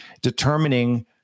determining